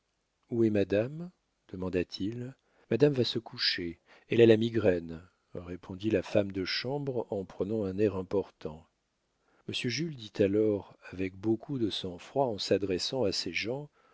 où est madame demanda-t-il madame va se coucher elle a la migraine répondit la femme de chambre en prenant un air important monsieur jules dit alors avec beaucoup de sang-froid en s'adressant à ses gens